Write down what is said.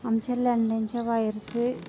आमच्या लँडलाईनच्या वायरचे